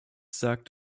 sagt